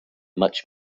much